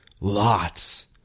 Lots